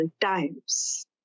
times